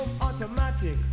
automatic